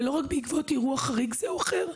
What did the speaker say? ולא רק בעקבות אירוע חריג כזה או אחר.